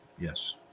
yes